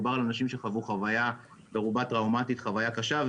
מדובר על אנשים שחוו חוויה טראומתית, חוויה קשה.